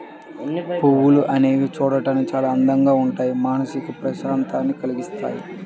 పువ్వులు అనేవి చూడడానికి చాలా అందంగా ఉంటూ మానసిక ప్రశాంతతని కల్గిస్తాయి